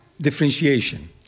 differentiation